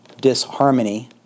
disharmony